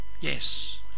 Yes